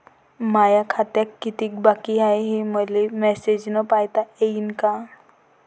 माया खात्यात कितीक बाकी हाय, हे मले मेसेजन पायता येईन का?